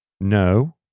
No